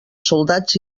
soldats